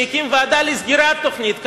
שהקים ועדה לסגירת תוכנית קמ"ע.